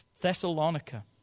Thessalonica